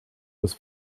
was